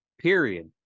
Period